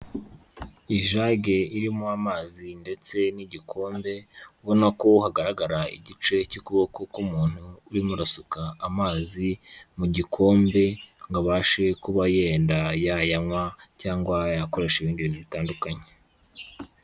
Ijage irimo amazi ndetse n'igikombe, ubona ko hagaragara igice cy'ukuboko k'umuntu urimo urasuka amazi mu gikombe ngo abashe kuba yenda yayanywa cyangwa yayakoresha ibindi bintu bitandukanye.